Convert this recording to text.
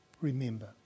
Remember